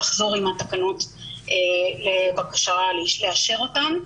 לחזור עם התקנות לבקשה לאשר אותן.